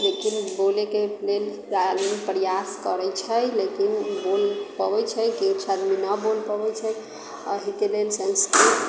लेकिन बोलैके लेल आदमी प्रयास करैत छै लेकिन बोल पबैत छै किछु आदमी नहि बोल पबैत छै एहिके लेल सन्स्कृत